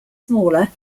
smaller